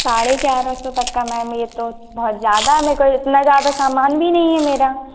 साढ़े ग्यारह सौ तक का मैम यह तो बहुत ज़्यादा हो गए इतना ज़्यादा सामान भी नहीं है मेरा